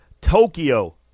Tokyo